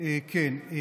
כן.